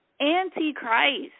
Antichrist